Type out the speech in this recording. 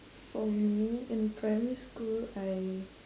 for me in primary school I